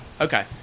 Okay